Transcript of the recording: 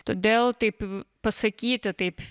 todėl taip pasakyti taip